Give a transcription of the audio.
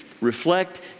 reflect